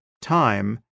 time